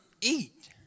eat